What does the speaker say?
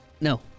No